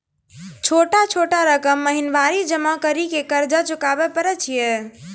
छोटा छोटा रकम महीनवारी जमा करि के कर्जा चुकाबै परए छियै?